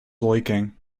leaking